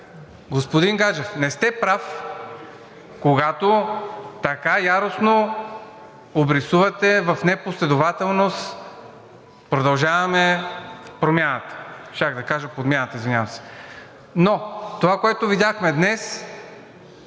господин Гаджев, не сте прав, когато така яростно обрисувате в непоследователност „Продължаваме Промяната“. Щях да кажа „Подмяната“, извинявам се. Но това, което видяхме днес,